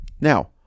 now